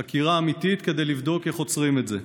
חקירה אמיתית, כדי לבדוק איך עוצרים את זה.